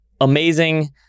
amazing